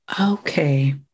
Okay